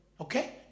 Okay